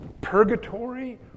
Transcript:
purgatory